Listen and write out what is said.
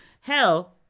Hell